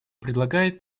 предлагает